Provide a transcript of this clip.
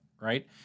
right